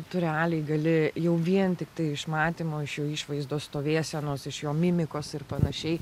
tu realiai gali jau vien tiktai iš matymo iš jo išvaizdos stovėsenos iš jo mimikos ir panašiai